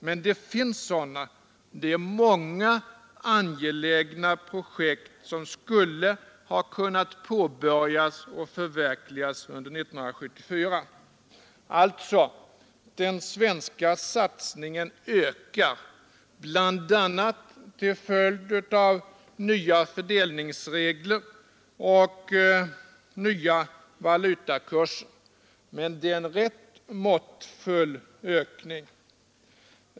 Men det finns sådana — det är många angelägna projekt som skulle ha kunnat påbörjas och förverkligas under 1974. Alltså: Den svenska satsningen ökar bl.a. till följd av nya fördelningsregler och nya valutakurser, men det är en rätt måttfull ökning.